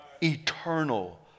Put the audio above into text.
Eternal